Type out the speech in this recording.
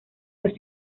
los